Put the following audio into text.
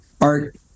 art